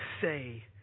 say